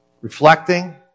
reflecting